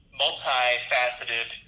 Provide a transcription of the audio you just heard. multifaceted